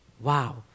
Wow